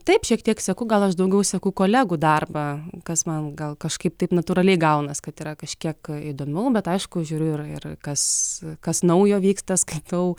taip šiek tiek seku gal aš daugiau seku kolegų darbą kas man gal kažkaip taip natūraliai gaunas kad yra kažkiek įdomiau bet aišku žiūriu ir ir kas kas naujo vyksta skaitau